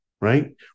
Right